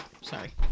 sorry